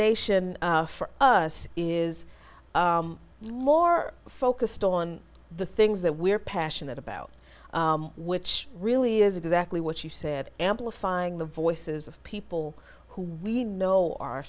nation for us is more focused on the things that we're passionate about which really is exactly what you said amplifying the voices of people who we know are